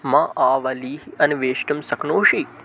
मम आवलीः अन्वेष्टुं शक्नोषि